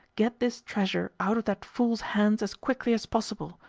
get this treasure out of that fool's hands as quickly as possible,